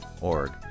org